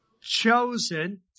Chosen